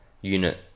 unit